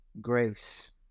grace